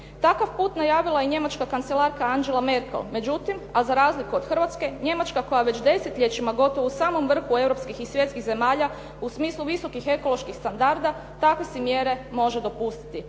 Takav put najavila je njemačka kancelarka Angela Merkel, međutim a za razliku od Hrvatske Njemačka koja već desetljećima gotovo u samom vrhu europskih i svjetskih zemalja u smislu visokih ekoloških standarda takve si mjere može dopustiti.